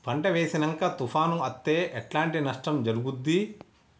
పంట వేసినంక తుఫాను అత్తే ఎట్లాంటి నష్టం జరుగుద్ది?